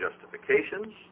justifications